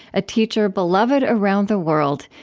a teacher beloved around the world,